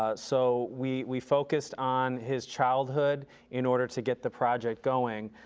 ah so, we we focused on his childhood in order to get the project going.